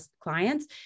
clients